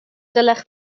dylech